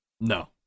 No